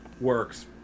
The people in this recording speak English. works